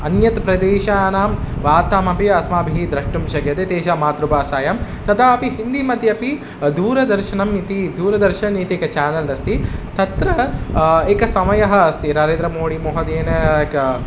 अन्यत् प्रदेशानां वार्तामपि अस्माभिः द्रष्टुं शक्यते तेषां मातृभाषायां तथापि हिन्दिमध्येपि दूरदर्शनम् इति दूरदर्शनम् इति एकम् चानल् अस्ति तत्र एकः समयः अस्ति नरेन्द्रमोदीमहोदयेन एकम्